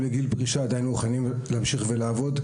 לגיל פרישה עדיין מוכנים להמשיך לעבוד,